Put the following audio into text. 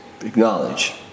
acknowledge